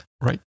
Right